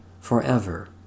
forever